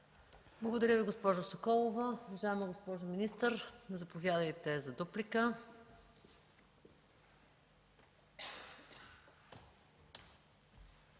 Благодаря, госпожо Соколова. Уважаема госпожо министър, заповядайте за дуплика.